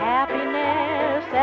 Happiness